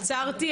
עצרתי,